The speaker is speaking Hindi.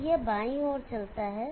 तो यह बाईं ओर चलता है